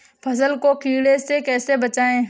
फसल को कीड़े से कैसे बचाएँ?